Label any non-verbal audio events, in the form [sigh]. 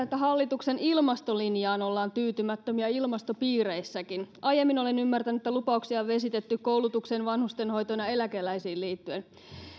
[unintelligible] että hallituksen ilmastolinjaan ollaan tyytymättömiä ilmastopiireissäkin aiemmin olen ymmärtänyt että lupauksia on vesitetty koulutukseen vanhustenhoitoon ja eläkeläisiin liittyen